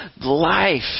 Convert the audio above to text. life